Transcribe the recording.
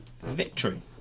victory